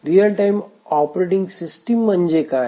real time operating system म्हणजे काय